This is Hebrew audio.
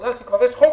בגלל שיש כבר חוק,